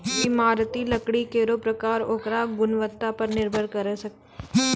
इमारती लकड़ी केरो परकार ओकरो गुणवत्ता पर निर्भर करै छै